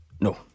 No